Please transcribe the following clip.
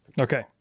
Okay